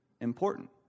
important